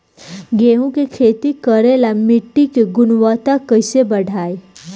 गेहूं के खेती करेला मिट्टी के गुणवत्ता कैसे बढ़ाई?